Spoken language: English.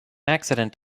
accident